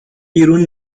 بیرون